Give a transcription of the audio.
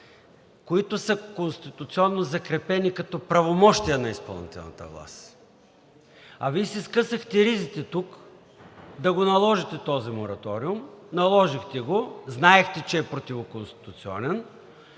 които са конституционно закрепени като правомощия на изпълнителната власт?! А Вие си скъсахте ризите тук да го наложите този мораториум – наложихте го, знаехте, че е противоконституционен,